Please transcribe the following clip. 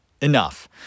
enough